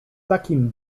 takim